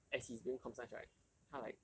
as he's doing com science right 他 like